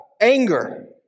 anger